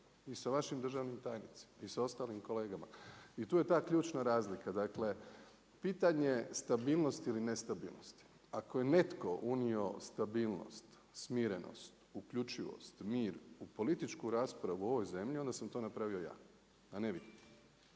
i sa vašim državnim tajnicima i sa ostalim kolegama. I tu je ta ključna razlika, dakle pitanje stabilnosti ili nestabilnosti. Ako je netko unio stabilnost, smirenost, uključivost, mir u političku raspravu u ovoj zemlji onda sam to napravio ja i to je